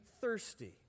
thirsty